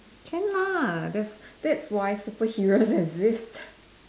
can lah that's that's why superheroes exist